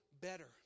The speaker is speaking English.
better